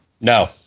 No